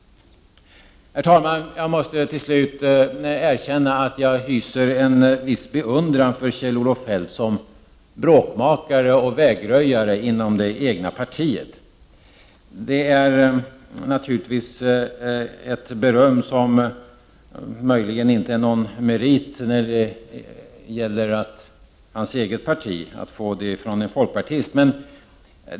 Herr talman! Jag måste till slut erkänna att jag hyser en viss beundran för Kjell-Olof Feldt som bråkmakare och vägröjare inom det egna partiet. Det är naturligtvis ett beröm som inte är någon merit, eftersom det inte kommer från det egna partiet utan från en folkpartist.